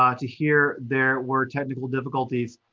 um to hear there were technical difficulties,